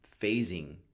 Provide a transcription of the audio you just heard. phasing